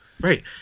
Right